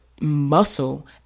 muscle